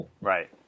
Right